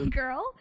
girl